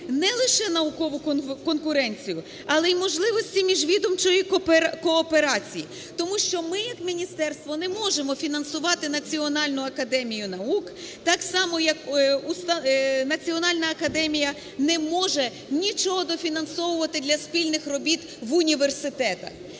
не лише наукову конкуренцію, але й можливості міжвідомчої кооперації. Тому що ми, як міністерство, не можемо фінансувати Національну академію наук так само, як Національна академія не може нічогодофінансовувати для спільних робіт в університетах.